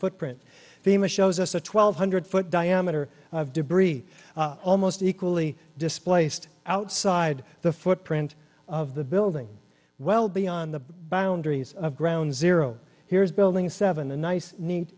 footprint fema shows us a twelve hundred foot diameter of debris almost equally displaced outside the footprint of the building well beyond the boundaries of ground zero here's building seven a nice neat